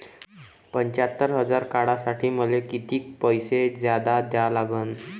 पंच्यात्तर हजार काढासाठी मले कितीक पैसे जादा द्या लागन?